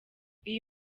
iyi